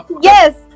Yes